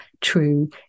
true